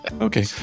Okay